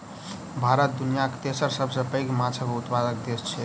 भारत दुनियाक तेसर सबसे पैघ माछक उत्पादक देस छै